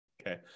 okay